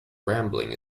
rambling